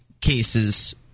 cases